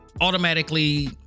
automatically